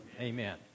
Amen